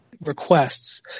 requests